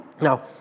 Now